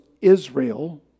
Israel